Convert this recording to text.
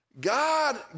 God